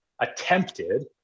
attempted